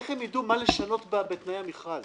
איך הם ידעו מה לשנות בתנאי המכרז?